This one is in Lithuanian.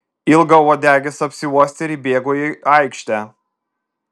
ilgauodegis apsiuostė ir įbėgo į aikštę